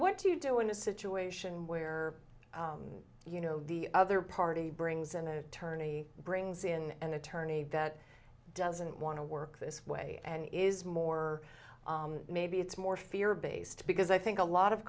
what do you do in a situation where you know the other party brings an attorney brings in an attorney that doesn't want to work this way and is more maybe it's more fear based because i think a lot of